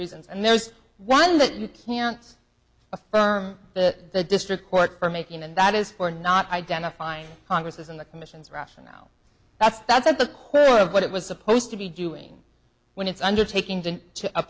reasons and there's one that you can't affirm that the district court for making and that is for not identifying congress as in the commission's rationale that's that's at the core of what it was supposed to be doing when it's undertaking